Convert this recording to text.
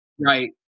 Right